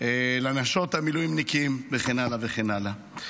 לנשות המילואימניקים וכן הלאה וכן הלאה.